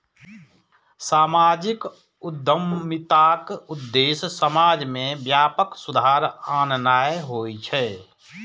सामाजिक उद्यमिताक उद्देश्य समाज मे व्यापक सुधार आननाय होइ छै